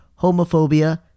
homophobia